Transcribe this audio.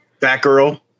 Batgirl